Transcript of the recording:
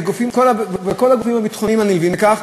וכל הגופים הביטחוניים הנלווים לכך,